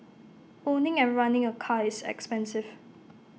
owning and running A car is expensive